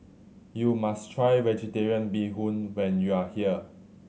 you must try Vegetarian Bee Hoon when you are here